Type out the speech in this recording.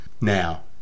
Now